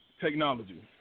Technology